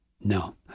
No